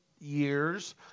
years